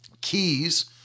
keys